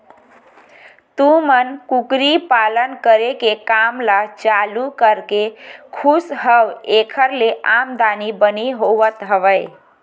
तुमन कुकरी पालन करे के काम ल चालू करके खुस हव ऐखर ले आमदानी बने होवत हवय?